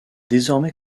désormais